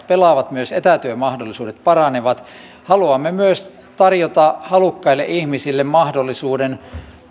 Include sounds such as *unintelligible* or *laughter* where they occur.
*unintelligible* pelaavat myös etätyömahdollisuudet paranevat haluamme myös tarjota halukkaille ihmisille mahdollisuuden